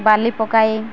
ବାଲି ପକାଇ